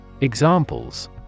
Examples